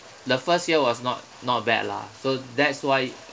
the first year was not not bad lah so that's why